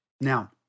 Now